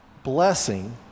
blessing